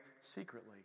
secretly